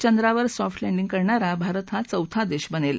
चंद्रावर soft landing करणारा भारत हा चौथ देश बनेल